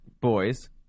boys